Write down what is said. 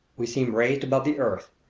we seem raised above the earth,